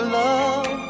love